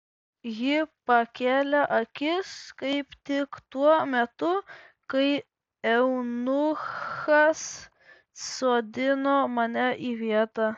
ji pakėlė akis kaip tik tuo metu kai eunuchas sodino mane į vietą